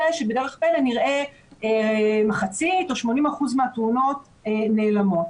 שבדרך פלא נראה מחצית או 80% מהתאונות נעלמות.